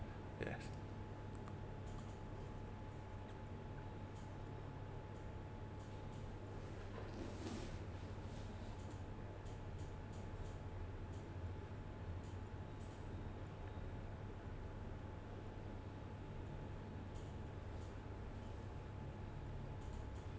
yes